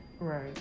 Right